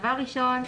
דבר ראשון,